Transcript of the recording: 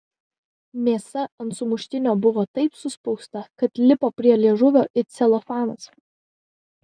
mėsa ant sumuštinio buvo taip suspausta kad lipo prie liežuvio it celofanas